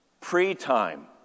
Pre-time